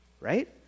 right